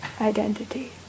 identity